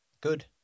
Good